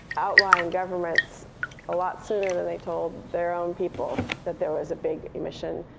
outlying governments a lot sooner than they told their own people that there was a big emission.